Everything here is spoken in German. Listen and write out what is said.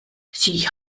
sie